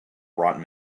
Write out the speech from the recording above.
brought